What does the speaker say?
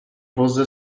voze